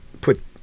put